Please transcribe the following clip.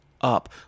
up